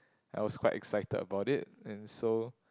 I was quite excited about it and so